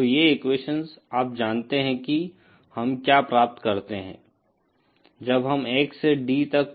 तो ये एक्वेशन्स आप जानते हैं कि हम क्या प्राप्त करते हैं जब हम X से D तक